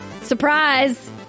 Surprise